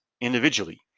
individually